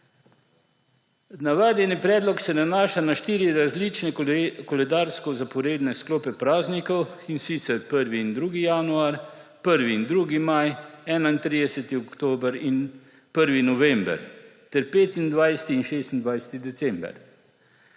Navedeni predlog se nanaša na štiri različne koledarsko zaporedne sklope praznikov, in sicer 1. in 2. januar, 1. in 2. maj, 31. oktober in 1. november ter 25. in 26. december.